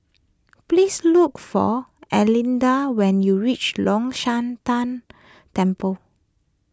please look for Erlinda when you reach Long Shan Tang Temple